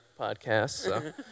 podcast